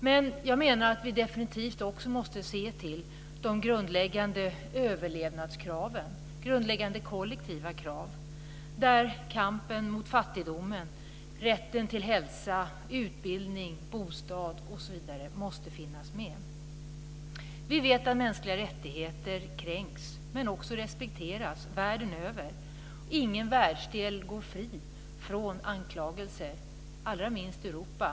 Men jag menar att vi definitivt också måste se till de grundläggande överlevnadskraven, dvs. grundläggande kollektiva krav. Där måste kampen mot fattigdomen, rätten till hälsa, utbildning, bostad, osv. finnas med. Vi vet att mänskliga rättigheter kränks men också respekteras världen över. Ingen världsdel går fri från anklagelser, allraminst Europa.